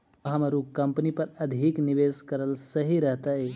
का हमर उ कंपनी पर अधिक निवेश करल सही रहतई?